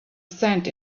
cent